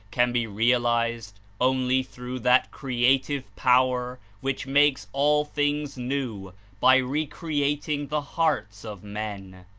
can be realized only through that creative power which makes all things new by re-creating the hearts of men.